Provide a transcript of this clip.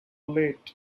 late